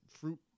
fruit